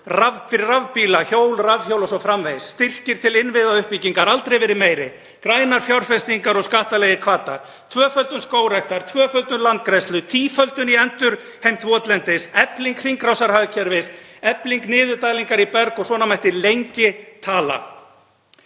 fyrir rafbíla, hjól, rafhjól o.s.frv. Styrkir til innviðauppbyggingar hafa aldrei verið meiri, grænar fjárfestingar og skattalegir hvatar, tvöföldun skógræktar, tvöföldun landgræðslu, tíföldun í endurheimt votlendis, efling hringrásarhagkerfis, efling niðurdælingar í berg og svona mætti lengi telja.